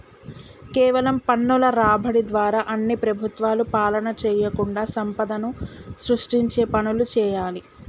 కేవలం పన్నుల రాబడి ద్వారా అన్ని ప్రభుత్వాలు పాలన చేయకుండా సంపదను సృష్టించే పనులు చేయాలి